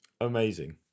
Amazing